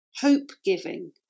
hope-giving